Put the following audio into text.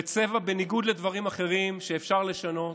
וצבע, בניגוד לדברים אחרים, שאפשר לשנות,